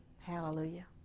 Hallelujah